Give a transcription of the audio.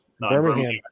Birmingham